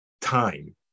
time